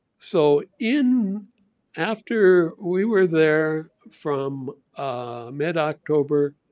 so in after, we were there from mid-october,